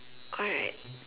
alright